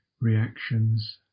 reactions